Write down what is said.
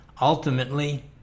Ultimately